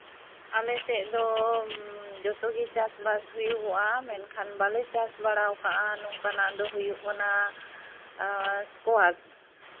ᱟᱞᱮ ᱥᱮᱫ ᱫᱚ ᱡᱚᱛᱚ ᱜᱮ ᱪᱟᱥᱼᱵᱟᱥ ᱦᱩᱭᱩᱜᱚᱜᱼᱟ ᱢᱮᱱᱠᱷᱟᱱ ᱵᱟᱞᱮ ᱪᱟᱥ ᱵᱟᱲᱟᱣ ᱠᱟᱜᱼᱟ ᱱᱚᱝᱠᱟᱱᱟᱜ ᱫᱚ ᱦᱩᱭᱩᱜ ᱠᱟᱱᱟ ᱥᱠᱚᱣᱟᱥ